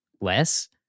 less